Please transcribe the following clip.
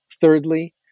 Thirdly